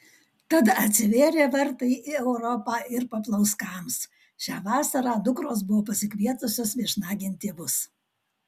tad atsivėrė vartai į europą ir paplauskams šią vasarą dukros buvo pasikvietusios viešnagėn tėvus